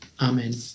Amen